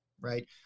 right